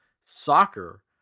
soccer